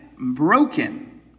broken